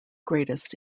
greatest